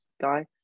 guy